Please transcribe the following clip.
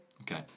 Okay